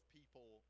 people